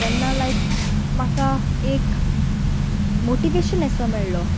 तेन्ना लायक म्हाका एक मोटिवेशन असो मेळ्ळो